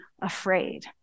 afraid